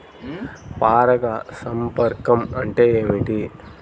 పరాగ సంపర్కం అంటే ఏమిటి?